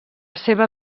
seva